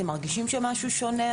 אתם מרגישים שמשהו שונה?